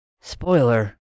Spoiler